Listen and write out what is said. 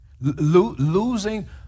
Losing